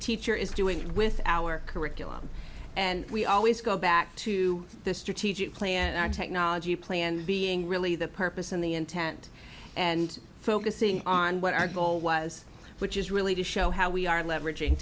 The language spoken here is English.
teacher is doing with our curriculum and we always go back to the strategic plan and technology plan being really the purpose and the intent and focusing on what our goal was which is really to show how we are leveraging